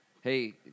Hey